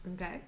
Okay